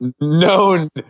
Known